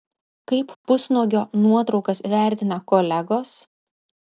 kaip pusnuogio nuotraukas vertina kolegos